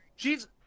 She's-